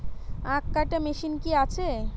আখ কাটা মেশিন কি আছে?